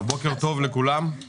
בוקר טוב לכולם,